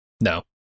No